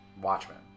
Watchmen